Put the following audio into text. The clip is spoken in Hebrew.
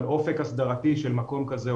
על אופק הסדרתי של מקום כזה,